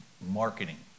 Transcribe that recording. marketing